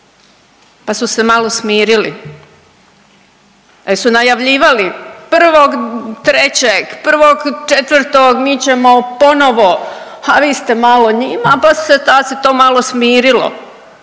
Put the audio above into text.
pa su se malo smirili. Jesu najavljivali 1.3., 1.4. mi ćemo ponovo, a vi ste malo njima, pa se to malo smirilo,